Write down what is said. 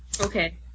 Okay